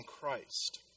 Christ